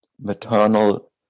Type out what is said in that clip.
maternal